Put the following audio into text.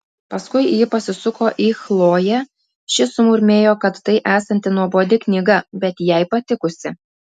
paskui ji pasisuko į chloję ši sumurmėjo kad tai esanti nuobodi knyga bet jai patikusi